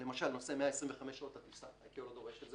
למשל 125 שעות טיסה שה-ICAO לא דורש.